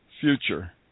Future